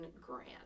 Grant